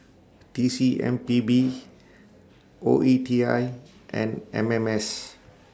T C M P B O E T I and M M S